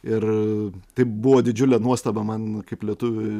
ir tai buvo didžiulė nuostaba man kaip lietuviui